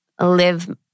live